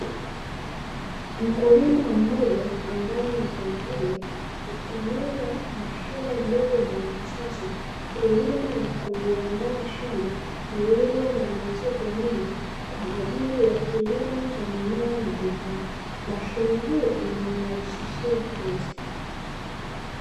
Mkulima mmoja ambaye ni mwanaume, akitumia mashine ndogo na ya kisasa, kulima na kuliandaa shamba lililo na matope mengi, kwa ajili ya kilimo cha mimea mbalimbali. Mashine hii inamrahisishia kazi.